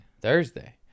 thursday